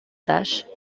tache